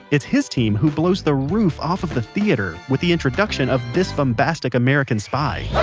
it's his team who blows the roof off of the theater with the introduction of this bombastic american spy, yeah